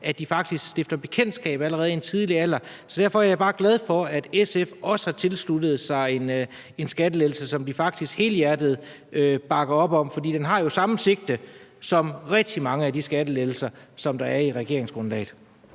at de faktisk stifter bekendtskab med det allerede i en tidlig alder. Så derfor er jeg bare glad for, at SF også har tilsluttet sig en skattelettelse, som man faktisk helhjertet bakker op om. For den har jo samme sigte, som rigtig mange af de skattelettelser, som der er i regeringsgrundlaget.